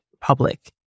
public